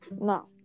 No